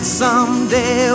someday